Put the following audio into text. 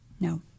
No